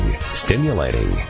stimulating